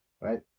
right